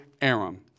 Aram